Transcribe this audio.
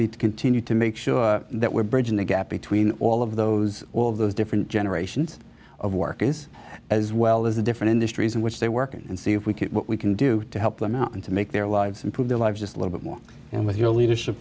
to continue to make sure that we're bridging the gap between all of those all of those different generations of work is as well as a different industries in which they work and see if we can what we can do to help them out and to make their lives improve their lives just a little bit more and with your leadership